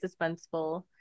suspenseful